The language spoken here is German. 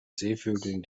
seevögeln